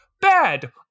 bad